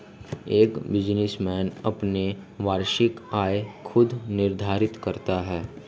एक बिजनेसमैन अपनी वार्षिक आय खुद निर्धारित करता है